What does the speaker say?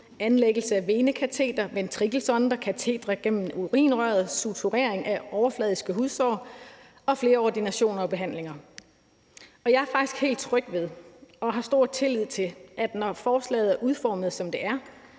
anlæggelse af venekateter, ventrikelsonder og katetre gennem urinrøret, suturering af overfladiske hudsår og flere ordinationer og behandlinger. Og jeg er faktisk helt tryg ved og har stor tillid til, at når forslaget er udformet, som det er,